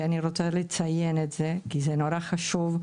ואני רוצה לציין את זה כי זה נורא חשוב,